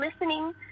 listening